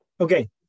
Okay